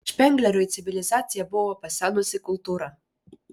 špengleriui civilizacija buvo pasenusi kultūra